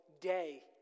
day